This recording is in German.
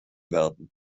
werden